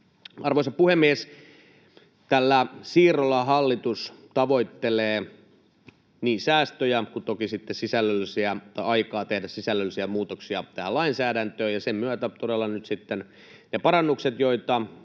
Arvoisa puhemies! Tällä siirrolla hallitus tavoittelee niin säästöjä kuin toki aikaa tehdä sisällöllisiä muutoksia tähän lainsäädäntöön, ja sen myötä, kun